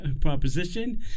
proposition